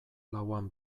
lauan